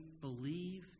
believe